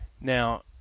Now